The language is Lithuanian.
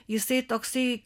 jisai toksai